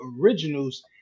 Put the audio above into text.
originals